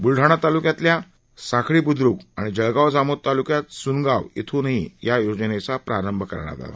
बुलडाणा तालुक्यातल्या साखळी बुद्रुक आणि जळगांव जामोद ताल्क्यात स्नगांव इथून या योजनेचा प्रारंभ करण्यात आला